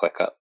ClickUp